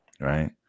right